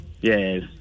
Yes